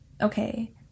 okay